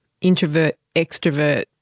introvert-extrovert